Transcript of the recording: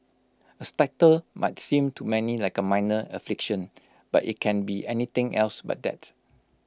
A stutter might seem to many like A minor affliction but IT can be anything else but that